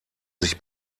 sich